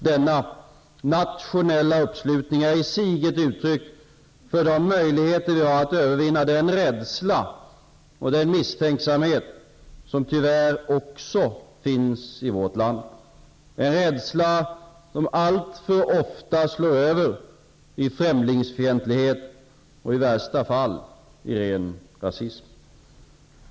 Denna nationella uppslutning är i sig ett uttryck för de möjligheter vi har att övervinna den rädsla och den misstänksamhet som tyvärr också finns i vårt land, en rädsla som alltför ofta slår över i främlingsfientlighet och i värsta fall i ren rasism.